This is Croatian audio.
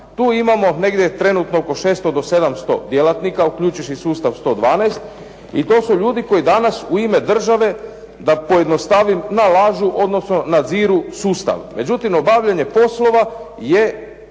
Tu imamo negdje trenutno oko 600 do 700 djelatnika uključivši sustav 112 i to su ljudi koji danas u ime države da pojednostavim nalažu odnosno nadziru sustav. Međutim, obavljanje poslova je